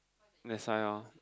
that's why orh